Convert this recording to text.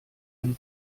ein